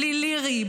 בלי לירי,